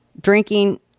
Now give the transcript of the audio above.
Drinking